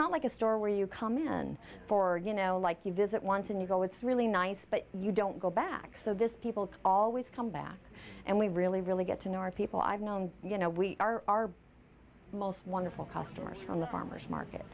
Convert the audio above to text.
not like a store where you come in for you know like you visit once and you go it's really nice but you don't go back so this people always come back and we really really get to know our people i've known you know we are the most wonderful customers on the farmers market